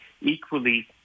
equally